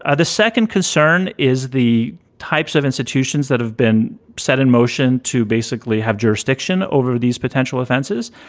ah the second concern is the types of institutions that have been set in motion to basically have jurisdiction over these potential offenses.